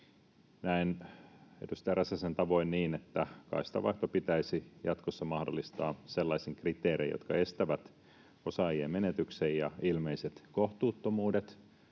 Näen edustaja Räsäsen tavoin niin, että kaistanvaihto pitäisi jatkossa mahdollistaa sellaisin kriteerein, jotka estävät osaajien menetyksen ja ilmeiset kohtuuttomuudet,